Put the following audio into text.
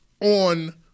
on